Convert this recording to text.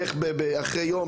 איך אחרי יום,